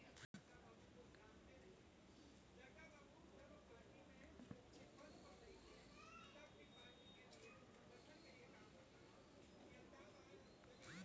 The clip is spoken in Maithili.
हमरा डाको के द्वारा हमरो चेक बुक मिललै